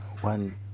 One